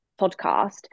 podcast